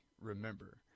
remember